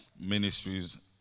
Ministries